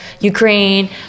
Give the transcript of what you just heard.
Ukraine